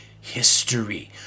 history